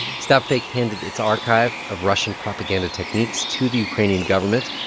stopfake handed its archive of russian propaganda techniques to the ukrainian government,